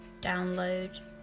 download